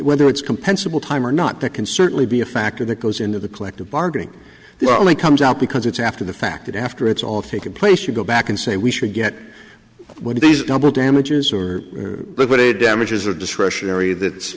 whether it's compensable time or not that can certainly be a factor that goes into the collective bargaining the only comes out because it's after the fact after it's all taken place you go back and say we should get one of these double damages or damages or discretionary that